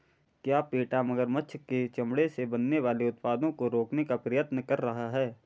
क्या पेटा मगरमच्छ के चमड़े से बनने वाले उत्पादों को रोकने का प्रयत्न कर रहा है?